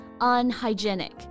Unhygienic